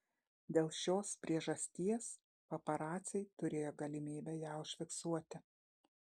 dėl šios priežasties paparaciai turėjo galimybę ją užfiksuoti